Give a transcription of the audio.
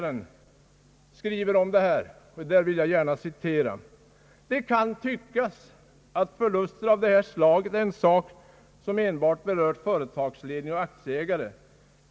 Tidskriften Skogsägaren skriver: »Det kan tyckas att förluster av det här slaget är en sak som enbart berör företagsledning och aktieägare.